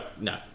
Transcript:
no